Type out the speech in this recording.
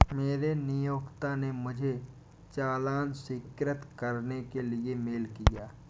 मेरे नियोक्ता ने मुझे चालान स्वीकृत करने के लिए मेल किया